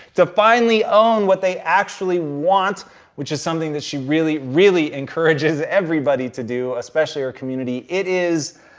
to finally own what they actually want which is something that she really, really encourages everybody to do especially our community. it is